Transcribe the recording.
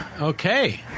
Okay